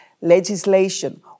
Legislation